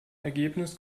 ergebnis